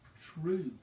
true